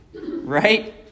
Right